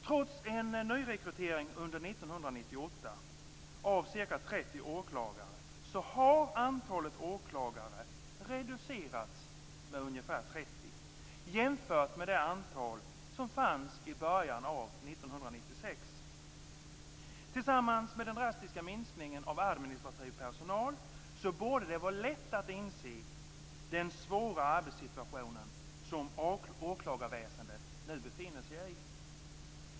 Trots nyrekrytering under 1998 av ca 30 åklagare har antalet åklagare reducerats med ca 30, jämfört med det antal som fanns vid början av 1996. Detta tillsammans med den drastiska minskningen av den administrativa personalen borde göra det lätt att inse den svåra arbetssituation som åklagarväsendet nu befinner sig i.